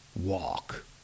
Walk